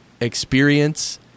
experience